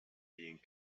being